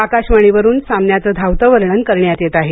आकाशवाणीवरून सामन्याचं धावत वर्णन करण्यात येत आहे